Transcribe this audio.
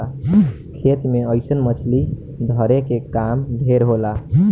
खेत मे अइसन मछली धरे के काम ढेर होला